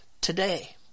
today